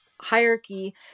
hierarchy